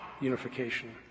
unification